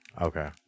okay